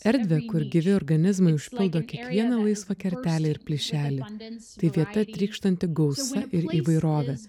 erdvę kur gyvi organizmai užpildo kiekvieną laisvą kertelę ir plyšelį tai vieta trykštanti gausa ir įvairove